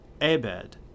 Abed